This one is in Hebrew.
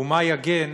מה יגן